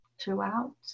throughout